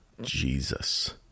Jesus